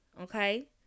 okay